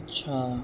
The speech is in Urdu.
اچھا